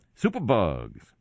Superbugs